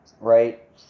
Right